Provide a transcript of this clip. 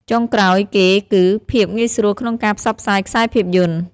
ចុងក្រោយគេគឺ ភាពងាយស្រួលក្នុងការផ្សព្វផ្សាយខ្សែភាពយន្ត។